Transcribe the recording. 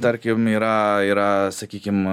tarkim yra yra sakykim